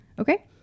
Okay